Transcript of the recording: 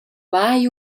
mai